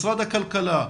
משרד הכלכלה,